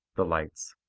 the lights,